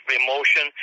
emotion